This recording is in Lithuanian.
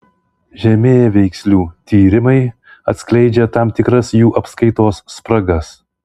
žemėveikslių tyrimai atskleidžia tam tikras jų apskaitos spragas